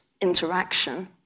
interaction